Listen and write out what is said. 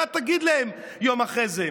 מה תגיד להם יום אחרי זה?